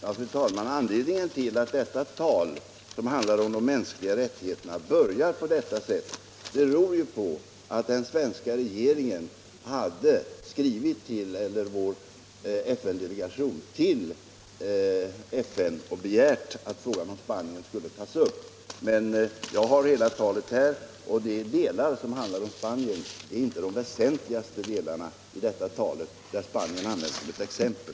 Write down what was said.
Fru talman! Anledningen till att detta tal, som handlar om de mänskliga rättigheterna, börjar på detta sätt är ju att vår FN-delegation har skrivit till FN och begärt att frågan om Spanien skulle tas upp. Jag har hela talet här, och de delar som handlar om Spanien är inte de väsentligaste delarna i detta tal, där Spanien endast används som ett exempel.